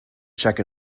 check